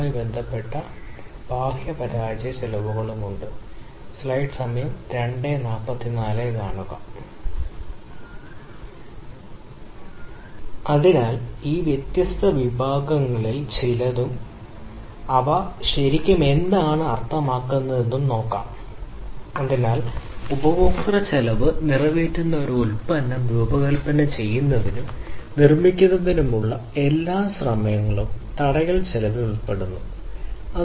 ഈ ഫംഗ്ഷണൽ സ്വഭാവസവിശേഷതകൾ എത്രമാത്രം തിരഞ്ഞെടുക്കുന്നു എന്നതിനെക്കുറിച്ച് ഡിസൈൻ പ്രശ്നങ്ങൾ അലവൻസ് പ്രവർത്തനപരമായ സ്വഭാവസവിശേഷതകളിൽ ഒരു ടോളറൻസ് നൽകാം അല്ലെങ്കിൽ ഉപഭോക്താവിന്റെ ആവശ്യം ഇത് രൂപകൽപ്പനയുടെ അടിസ്ഥാനത്തിൽ വിവർത്തനം ചെയ്യുന്നതിനേക്കാൾ കൂടുതലായിരിക്കണം പ്രത്യേക ഉൽപ്പന്നത്തിന്റെ രൂപകൽപ്പന